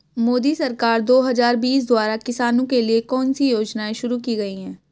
मोदी सरकार दो हज़ार बीस द्वारा किसानों के लिए कौन सी योजनाएं शुरू की गई हैं?